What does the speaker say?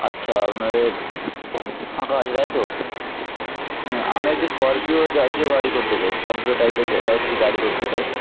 আচ্ছা আপনাদের ফাঁকা আছে তাই তো হ্যাঁ আমি একটি স্করপিও জাতীয় গাড়ি করতে চাই স্করপিও টাইপের একটি গাড়ি করতে চাই